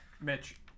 Mitch